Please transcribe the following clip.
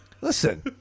Listen